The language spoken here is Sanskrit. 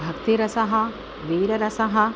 भक्तिरसः वीररसः